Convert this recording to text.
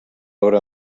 obra